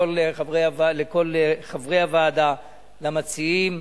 לכל חברי הוועדה ולמציעים.